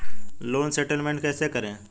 Loan settlement कैसे करें?